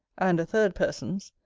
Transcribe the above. and a third person's,